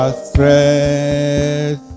stress